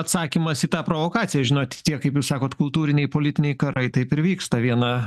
atsakymas į tą provokaciją žinot tie kaip jūs sakot kultūriniai politiniai karai taip ir vyksta viena